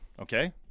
Okay